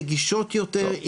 נגישות יותר,